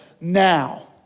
now